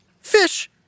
fish